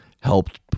helped